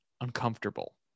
uncomfortable